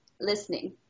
Listening